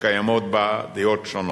שקיימות בה דעות שונות,